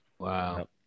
Wow